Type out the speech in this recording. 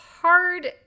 hard